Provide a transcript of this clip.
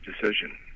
decision